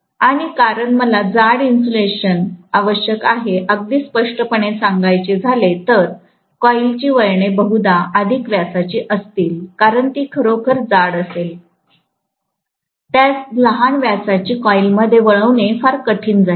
आणि कारण मला जाड इन्सुलेशन आवश्यक आहे अगदी स्पष्टपणे सांगायचे झाले तर कॉईलची वळणे बहुदा अधिक व्यासाची असतील कारण ती खरोखर जाड असेल त्यास लहान व्यासाच्या कॉईलमध्ये वळविणे फार कठीण जाईल